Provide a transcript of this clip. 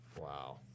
Wow